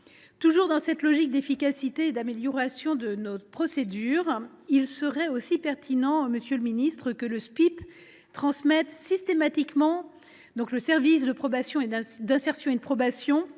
Toujours dans cette logique d’efficacité et d’amélioration de nos procédures, il serait aussi pertinent, monsieur le ministre, que le service pénitentiaire d’insertion et de probation